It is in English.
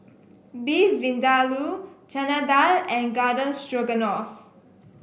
Beef Vindaloo Chana Dal and Garden Stroganoff